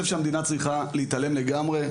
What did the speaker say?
צריכה להתעלם לגמרי.